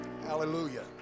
Hallelujah